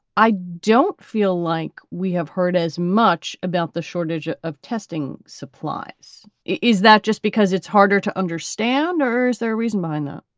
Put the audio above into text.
i don't feel like we have heard as much about the shortage of testing supplies. is that just because it's harder to understand or is there a reason behind that?